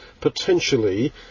potentially